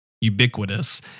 ubiquitous